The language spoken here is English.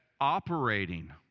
operating